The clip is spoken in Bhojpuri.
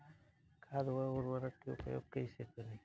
खाद व उर्वरक के उपयोग कइसे करी?